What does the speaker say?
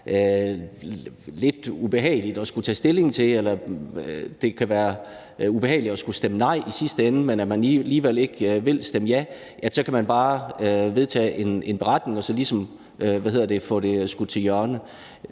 lidt ubehageligt at skulle tage stilling til, eller hvor det kunne være ubehageligt at skulle stemme nej i sidste ende, fordi man ikke alligevel vil stemme ja, så kunne man bare vedtage en beretning og ligesom få det skudt til hjørnespark.